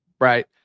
right